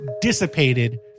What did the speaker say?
dissipated